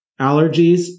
Allergies